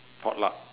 potluck